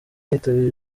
yitabiriye